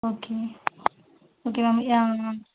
okay okay ma'am யான்